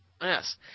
Yes